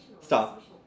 Stop